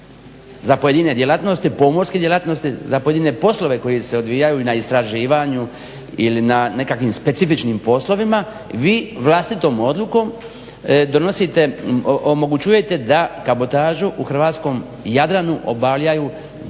za pojedine djelatnosti pomorske djelatnosti, za pojedine poslove koji se odvijaju na istraživanju ili na nekakvim specifičnim poslovima vi vlastitom odlukom donosite, omogućujete da kabotažu u hrvatskom Jadranu obavljaju države,